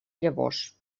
llavors